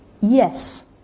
Yes